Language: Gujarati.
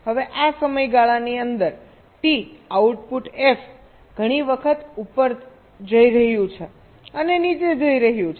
હવે આ સમયગાળાની અંદર T આઉટપુટ f ઘણી વખત ઉપર જઈ રહ્યું છે અને નીચે જઈ રહ્યું છે